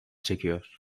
çekiyor